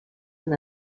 han